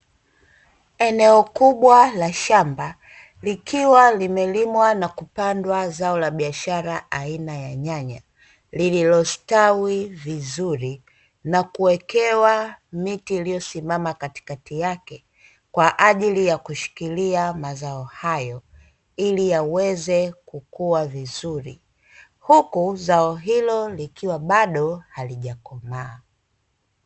Eneo kubwa la shamba likiwa limelimwa na kupandwa zao la biashara aina ya nyanya, lililo stawi vizuri na kuwekewa miti iliyosimama katikati yake kwa ajili ya kushikilia mazao hayo ili yaweze kukua vizuri, huku zao hilo likiwa bado halijakomaa.